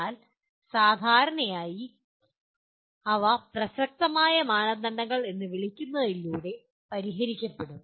എന്നാൽ സാധാരണയായി നിങ്ങൾ പ്രസക്തമായ മാനദണ്ഡങ്ങൾ എന്ന് വിളിക്കുന്നതിലൂടെ അവ പരിഹരിക്കപ്പെടും